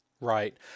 Right